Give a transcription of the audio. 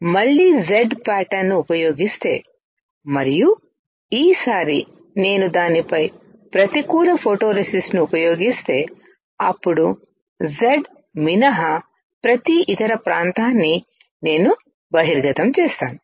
నేను మళ్ళీ Z ప్యాటర్న్ను ఉపయోగిస్తే మరియు ఈసారి నేను దానిపై ప్రతికూల ఫోటోరేసిస్ట్ను ఉపయోగిస్తే అప్పుడు Z మినహా ప్రతి ఇతర ప్రాంతాన్ని నేను బహిర్గతం చేస్తాను